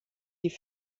die